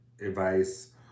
advice